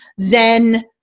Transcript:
zen